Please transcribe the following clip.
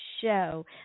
show